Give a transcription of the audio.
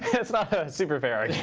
it's not super fair, actually.